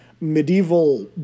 medieval